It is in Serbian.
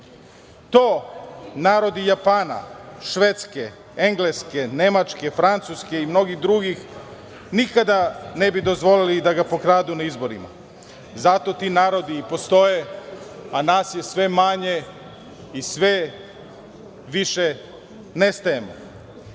narodi Japana, Švedske, Engleske, Nemačke, Francuske i mnogih drugih nikada ne bi dozvolili da ih pokradu na izborima. Zato ti narodi i postoje, a nas je sve manje i sve više nestajemo.